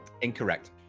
Incorrect